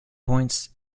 points